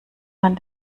man